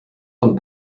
von